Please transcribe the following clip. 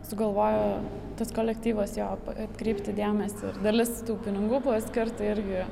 sugalvojo tas kolektyvas jo atkreipti dėmesį ir dalis tų pinigų buvo skirta irgi